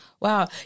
Wow